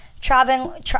traveling